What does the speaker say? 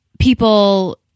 people